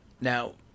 Now